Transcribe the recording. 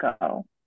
go